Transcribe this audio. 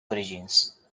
origins